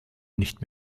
nicht